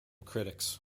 critics